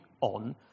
on